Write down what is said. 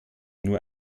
nur